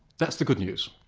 that's the good news.